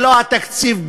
לא אכפת.